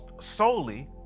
solely